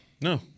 No